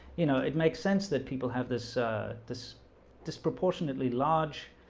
you know, it makes sense that people have this this disproportionately large